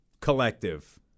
collective